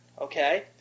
Okay